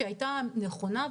שהייתה נכונה,